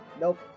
Nope